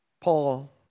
Paul